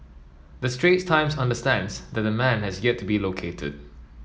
the Straits Times understands that the man has yet to be located